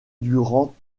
durant